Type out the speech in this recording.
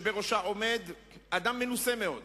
שבראשה עומד אדם מנוסה מאוד